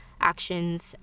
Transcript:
actions